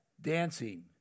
dancing